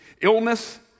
Illness